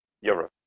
europe